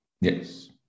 Yes